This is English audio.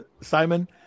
Simon